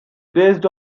based